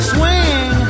Swing